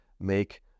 make